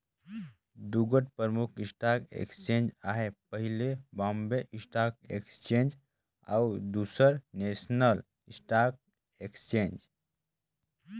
दुगोट परमुख stock exchange अहे पहिल बॉम्बे स्टाक एक्सचेंज अउ दूसर नेसनल स्टॉक एक्सचेंज